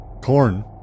Corn